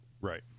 Right